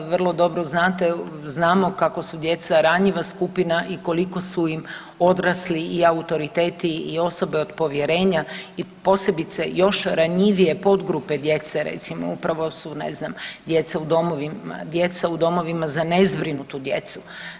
Vrlo dobro znate, znamo kako su djeca ranjiva skupina i koliko su im odrasli i autoriteti i osobe od povjerenja i posebice još podgrupe djece recimo upravo su ne znam djeca u domovima, djeca u domovima za nezbrinutu djecu.